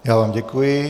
Já vám děkuji.